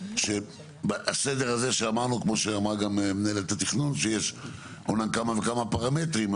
כפי שאמרה מנהלת התכנון, שיש כמה וכמה פרמטרים?